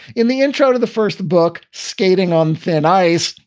in the intro to the first book, skating on thin ice,